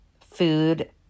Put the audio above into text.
food